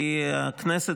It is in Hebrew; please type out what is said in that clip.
כי הכנסת,